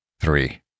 three